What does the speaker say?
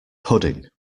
pudding